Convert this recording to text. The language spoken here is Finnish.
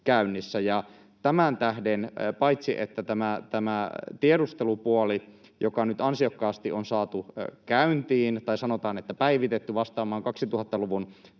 käynnissä. Ja tämän tähden, paitsi että tämä tiedustelupuoli on nyt ansiokkaasti saatu käyntiin, tai sanotaan että päivitetty vastaamaan 2000-luvun